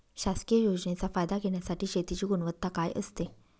शासकीय योजनेचा फायदा घेण्यासाठी शेतीची गुणवत्ता काय असते?